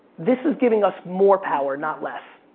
this is giving us more power, not less.